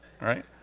right